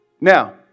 Now